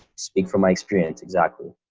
speak from my experience. exactly.